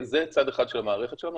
זה צד אחד של המערכת שלנו,